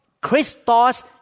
Christos